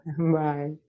Bye